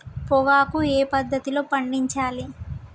పొగాకు ఏ పద్ధతిలో పండించాలి?